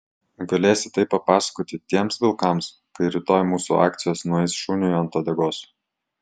galėsi tai papasakoti tiems vilkams kai rytoj mūsų akcijos nueis šuniui ant uodegos